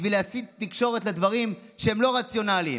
בשביל להשיג תקשורת לדברים שהם לא רציונליים.